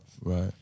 right